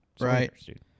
Right